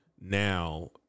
now